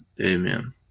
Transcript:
amen